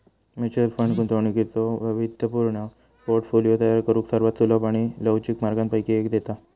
mutual fund गुंतवणुकीचो वैविध्यपूर्ण portfolio तयार करुक सर्वात सुलभ आणि लवचिक मार्गांपैकी एक देता